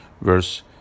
verse